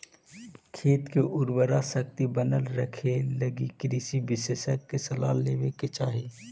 खेत के उर्वराशक्ति बनल रखेलगी कृषि विशेषज्ञ के सलाह लेवे के चाही